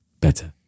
better